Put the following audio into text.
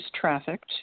trafficked